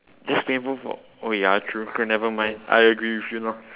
just painful for oh ya true K never mind I agree with you now